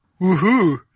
Woohoo